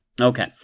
Okay